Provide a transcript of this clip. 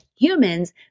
humans